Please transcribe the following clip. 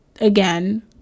again